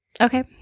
Okay